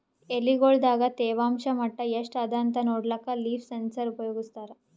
ಎಲಿಗೊಳ್ ದಾಗ ತೇವಾಂಷ್ ಮಟ್ಟಾ ಎಷ್ಟ್ ಅದಾಂತ ನೋಡ್ಲಕ್ಕ ಲೀಫ್ ಸೆನ್ಸರ್ ಉಪಯೋಗಸ್ತಾರ